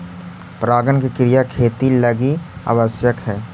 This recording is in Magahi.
परागण के क्रिया खेती लगी आवश्यक हइ